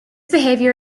behavior